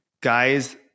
guys